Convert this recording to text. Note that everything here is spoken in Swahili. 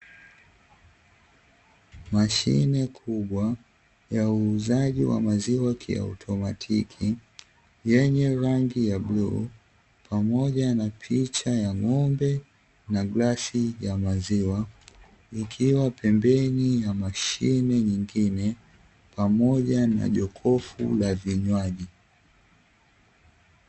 Mashine kubwa ya uuzaji wa maziwa kiautomatiki yenye rangi ya bluu pamoja na picha ya ng'ombe na glasi ya maziwa, ikiwa pembeni ya mashine nyingine, pamoja na jokofu la vinywaji.